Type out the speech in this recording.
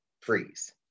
freeze